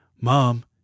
Mom